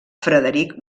frederic